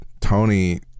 Tony